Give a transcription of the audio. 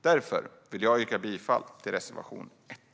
Därför vill jag yrka bifall till reservation 1.